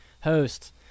host